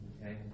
Okay